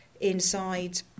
inside